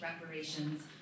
reparations